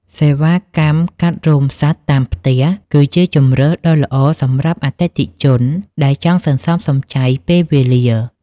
សេវាកម្មកាត់រោមសត្វតាមផ្ទះ គឺជាជម្រើសដ៏ល្អសម្រាប់អតិថិជនដែលចង់សន្សំសំចៃពេលវេលា។